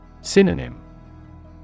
Synonym